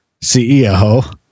CEO